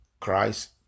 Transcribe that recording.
Christ